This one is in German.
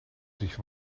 sich